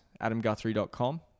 adamguthrie.com